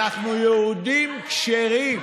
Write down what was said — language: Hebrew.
אנחנו יהודים כשרים.